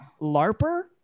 larper